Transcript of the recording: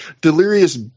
Delirious